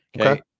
Okay